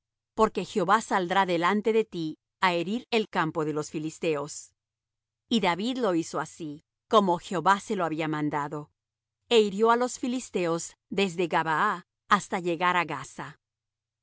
porque jehová saldrá delante de ti á herir el campo de los filisteos y david lo hizo así como jehová se lo había mandado é hirió á los filisteos desde gabaa hasta llegar á gaza y